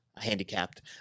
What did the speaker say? handicapped